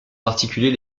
particulier